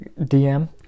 DM